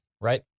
Right